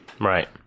Right